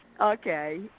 Okay